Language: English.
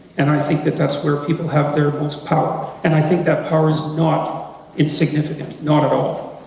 and i think that that's where people have their most power. and i think that power is not insignificant, not at all.